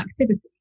activity